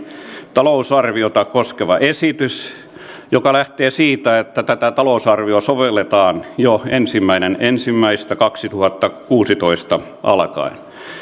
talousarviota koskeva esitys joka lähtee siitä että tätä talousarviota sovelletaan jo ensimmäinen ensimmäistä kaksituhattakuusitoista alkaen